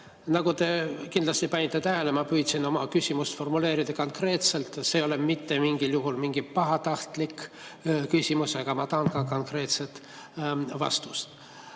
Nagu te kindlasti panite tähele, ma püüdsin oma küsimuse formuleerida konkreetselt. See ei ole mitte mingil juhul pahatahtlik küsimus, aga ma tahan konkreetset vastust. Meie